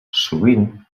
sovint